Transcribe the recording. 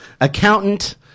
accountant